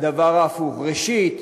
הדבר ההפוך: ראשית,